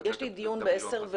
יש לי דיון בעשר,